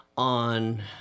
On